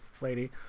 lady